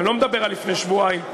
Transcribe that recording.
אני לא מדבר על לפני שבועיים.